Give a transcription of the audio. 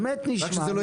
באמת נשמע,